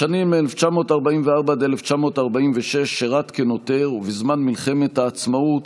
בשנים 1944 1946 שירת כנוטר, ובזמן מלחמת העצמאות